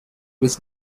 was